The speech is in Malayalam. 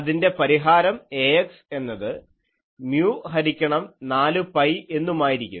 അതിൻറെ പരിഹാരം Ax എന്നത് മ്യൂ ഹരിക്കണം 4 pi എന്നുമായിരിക്കും